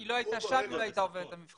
היא לא הייתה שם אם לא הייתה עוברת את המבחן.